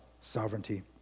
sovereignty